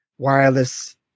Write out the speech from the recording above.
Wireless